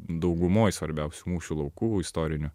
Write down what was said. daugumoj svarbiausių mūšių laukų istorinių